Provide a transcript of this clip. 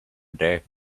day